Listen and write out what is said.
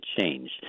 change